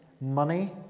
money